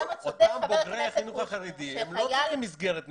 אותם בוגרי החינוך החרדי לא צריכים מסגרת נפרדת.